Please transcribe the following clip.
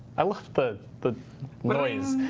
i love the the noise.